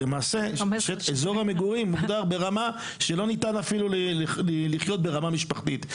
אזור המגורים מוגדר ברמה שאפילו לא מאפשרת לחיות ברמה המשפחתית.